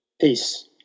peace